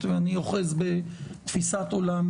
אני אסביר לך, אנחנו טעינו.